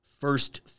First